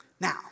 Now